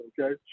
Okay